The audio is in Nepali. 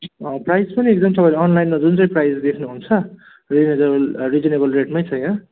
प्राइस पनि एकदम तपाईँले अनलाइनमा जुन चाहिँ प्राइस देख्नुहुन्छ रिजनेबल रिजनेबल रेटमै छ यहाँ